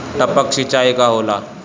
टपक सिंचाई का होला?